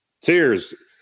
tears